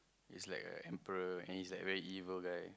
is like a emperor and he's a very evil guy